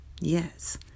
Yes